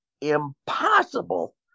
impossible